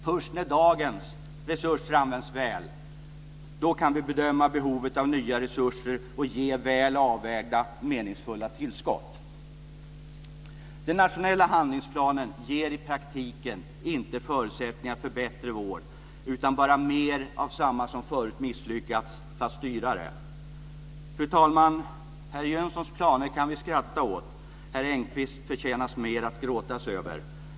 Först när dagens resurser används väl kan vi bedöma behovet av nya resurser och ge väl avvägda, meningsfulla tillskott. Den nationella handlingsplanen ger i praktiken inte förutsättningar för bättre vård, utan bara mer av samma slag som förut misslyckats, fast dyrare. Fru talman! Herr Jönssons planer kan vi skratta åt. Herr Engqvists förtjänar mer att gråtas över.